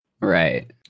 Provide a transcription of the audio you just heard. Right